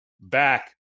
back